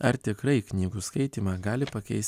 ar tikrai knygų skaitymą gali pakeist